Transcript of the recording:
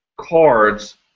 cards